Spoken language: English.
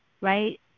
right